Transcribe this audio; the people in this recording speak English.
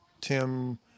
Tim